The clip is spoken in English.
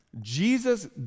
Jesus